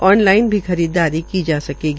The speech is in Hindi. ऑनलाइन भी खरीददारी की जा सकेगी